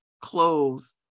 clothes